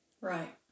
Right